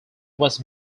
was